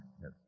Yes